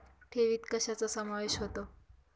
ठेवीत कशाचा समावेश होतो?